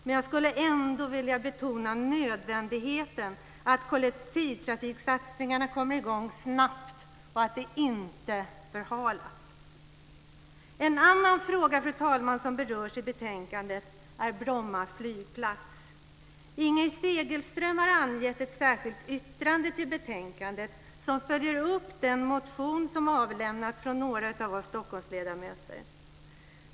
Men jag skulle ändå vilja betona nödvändigheten av att kollektivtrafiksatsningarna kommer i gång snabbt och att de inte förhalas. Fru talman! En annan fråga som berörs i betänkandet är Bromma flygplats. Inger Segelström har fogat ett särskilt yttrande till betänkandet som följer upp den motion som väckts av några av oss Stockholmsledamöter.